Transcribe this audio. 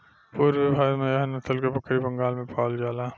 पूरबी भारत में एह नसल के बकरी बंगाल में पावल जाला